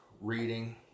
reading